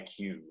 IQ